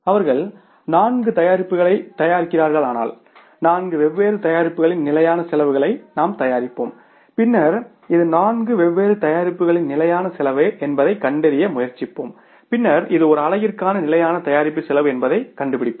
அவர்கள் 4 தயாரிப்புகளைத் தயாரிக்கிறார்களானால் நான்கு வெவ்வேறு தயாரிப்புகளின் நிலையான செலவுகளை நாம் தயாரிப்போம் பின்னர் இது நான்கு வெவ்வேறு தயாரிப்புகளின் நிலையான செலவு என்பதைக் கண்டறிய முயற்சிப்போம் பின்னர் இது ஒரு அலகிற்கான நிலையான தயாரிப்பு செலவு என்பதைக் கண்டுபிடிப்போம்